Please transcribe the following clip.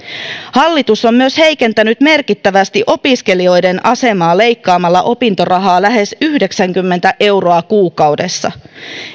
hallitus on myös heikentänyt merkittävästi opiskelijoiden asemaa leikkaamalla opintorahaa lähes yhdeksänkymmentä euroa kuukaudessa